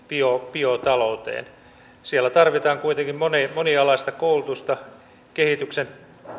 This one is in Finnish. biotalouteen siellä tarvitaan kuitenkin monialaista koulutusta kehityksen